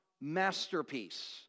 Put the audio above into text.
masterpiece